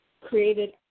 created